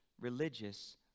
religious